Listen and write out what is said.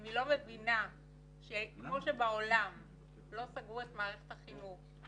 אם היא לא מבינה שכמו שבעולם לא סגרו את מערכת החינוך,